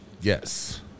Yes